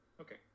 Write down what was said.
Okay